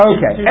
Okay